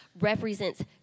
represents